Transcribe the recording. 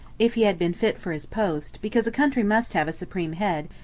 if he had been fit for his post, because a country must have a supreme head,